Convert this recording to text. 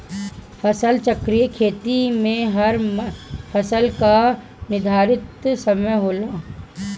फसल चक्रीय खेती में हर फसल कअ निर्धारित समय होला